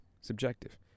subjective